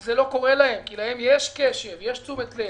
זה לא קורה, כי להם יש קשב, יש תשומת לב.